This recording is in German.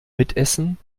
mitessen